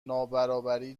نابرابری